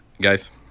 Guys